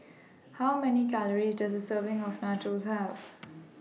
How Many Calories Does A Serving of Nachos Have